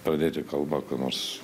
pradėti kalbą ką nors